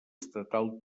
estatal